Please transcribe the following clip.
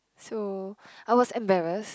so I was embarrassed